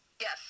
Yes